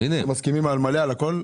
אתם מסכימים מלא על הכול?